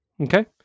Okay